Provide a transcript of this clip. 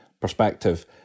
perspective